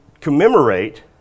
commemorate